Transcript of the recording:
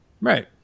right